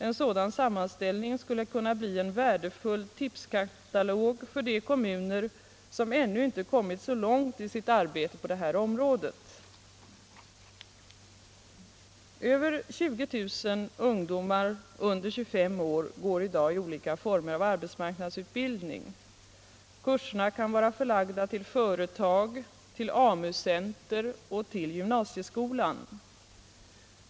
En sådan sammanställning skulle kunna bli en värdefull tipskatalog för de kommuner som ännu inte kommit så långt i sitt arbete på det här området. Över 20 000 ungdomar under 25 år går i dag i olika former av arbetsmarknadsutbildning. Kurserna kan vara förlagda till företag, AMU-centra och gymnasieskolor.